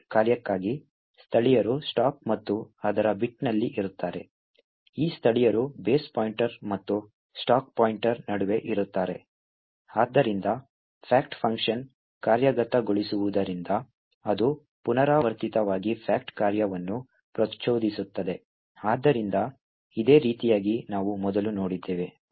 fact ಕಾರ್ಯಕ್ಕಾಗಿ ಸ್ಥಳೀಯರು stack ಮತ್ತು ಅದರ ಬಿಟ್ನಲ್ಲಿ ಇರುತ್ತಾರೆ ಈ ಸ್ಥಳೀಯರು ಬೇಸ್ ಪಾಯಿಂಟರ್ ಮತ್ತು ಸ್ಟಾಕ್ ಪಾಯಿಂಟರ್ ನಡುವೆ ಇರುತ್ತಾರೆ ಆದ್ದರಿಂದ ಫ್ಯಾಕ್ಟ್ ಫಂಕ್ಷನ್ ಕಾರ್ಯಗತಗೊಳಿಸುವುದರಿಂದ ಅದು ಪುನರಾವರ್ತಿತವಾಗಿ fact ಕಾರ್ಯವನ್ನು ಪ್ರಚೋದಿಸುತ್ತದೆ ಆದ್ದರಿಂದ ಇದೇ ರೀತಿಯಾಗಿ ನಾವು ಮೊದಲು ನೋಡಿದ್ದೇವೆ